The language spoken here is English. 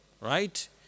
right